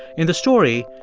in the story,